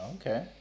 Okay